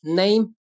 name